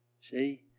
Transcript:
See